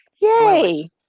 Yay